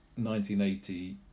1980